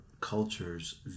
cultures